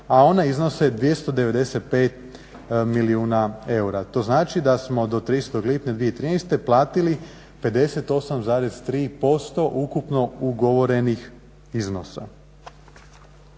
a ona iznose 295 milijune eura. To znači da smo do 30.lipnja 2013.platili 58,3% ukupno ugovorenih iznosa.